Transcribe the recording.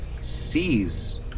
sees